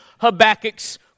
Habakkuk's